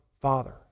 Father